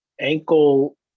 ankle